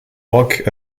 rock